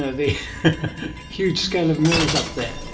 ah the huge scale of mirrors up there?